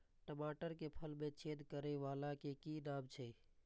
टमाटर के फल में छेद करै वाला के कि नाम छै?